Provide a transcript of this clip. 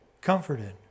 comforted